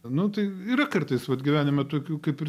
nu tai yra kartais vat gyvenime tokių kaip ir